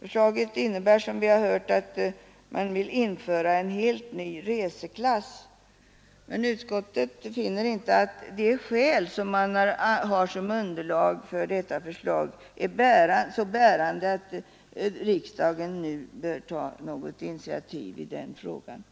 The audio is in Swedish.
Förslaget innebär, som vi har hört, att man skulle införa en helt ny reseklass, men utskottet finner inte de skäl som anförts som underlag vara så bärande att riksdagen nu bör ta något initiativ i frågan.